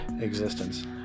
existence